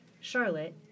Charlotte